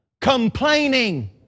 complaining